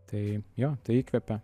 tai jo tai įkvepia